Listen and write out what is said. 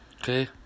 Okay